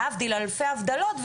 להבדיל אלפי הבדלות,